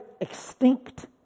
extinct